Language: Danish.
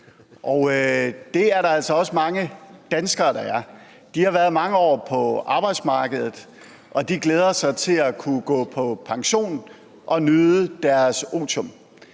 og det er der altså også mange danskere der er. De har været på arbejdsmarkedet i mange år, og de glæder sig til at kunne gå på pension og nyde deres otium,